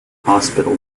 hospital